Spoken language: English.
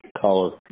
color